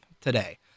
today